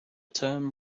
term